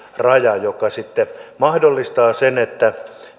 raja joka sitten mahdollistaa sen että